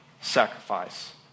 sacrifice